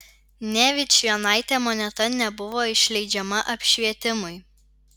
nė vičvienaitė moneta nebuvo išleidžiama apšvietimui